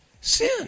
sin